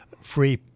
free